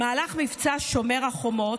במהלך מבצע שומר חומות,